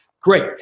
Great